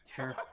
Sure